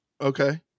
Okay